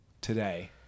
today